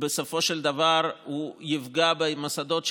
בסופו של דבר יפגע במוסדות,